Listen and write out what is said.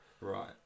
Right